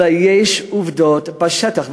אלא יש עובדות בשטח.